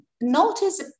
notice